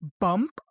bump